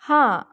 हां